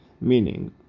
Meaning